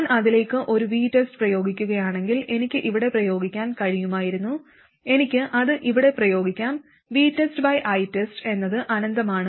ഞാൻ അതിലേക്ക് ഒരു VTEST പ്രയോഗിക്കുകയാണെങ്കിൽ എനിക്ക് ഇവിടെ പ്രയോഗിക്കാൻ കഴിയുമായിരുന്നു എനിക്ക് അത് അവിടെ പ്രയോഗിക്കാം VTESTITESTഎന്നത് അനന്തമാണ്